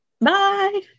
Bye